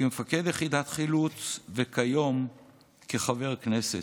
כמפקד יחידת חילוץ וכיום כחבר כנסת.